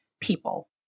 people